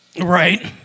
Right